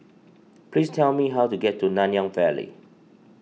please tell me how to get to Nanyang Valley